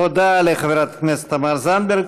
תודה לחברת הכנסת תמר זנדברג.